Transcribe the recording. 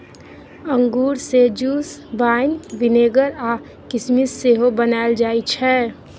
अंगुर सँ juice, wine, vinegar आ किसमिस सेहो बनाएल जाइ छै